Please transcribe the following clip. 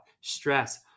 stress